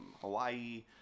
Hawaii